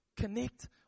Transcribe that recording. Connect